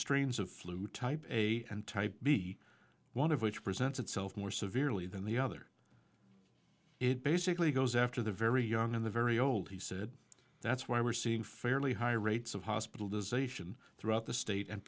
strains of flu type a and type b one of which presents itself more severely than the other it basically goes after the very young and the very old he said that's why we're seeing fairly high rates of hospitalization throughout the